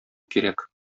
кирәк